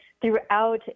throughout